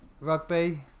Rugby